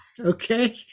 Okay